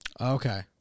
Okay